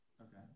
Okay